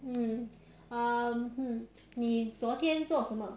mm um 你昨天做什么